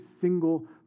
single